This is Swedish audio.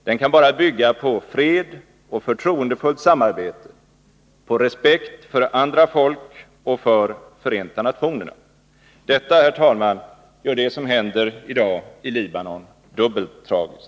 Den kan bara byggas på fred och förtroendefullt samarbete, på respekt för andra folk och för Förenta nationerna. Detta, herr talman, gör det som i dag händer i Libanon dubbelt tragiskt.